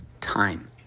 time